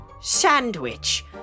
Sandwich